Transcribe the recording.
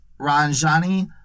Ranjani